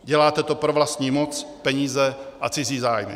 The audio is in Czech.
Děláte to pro vlastní moc, peníze a cizí zájmy.